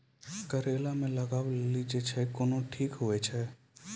करेला मे गलवा लागी जे छ कैनो ठीक हुई छै?